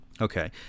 Okay